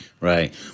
Right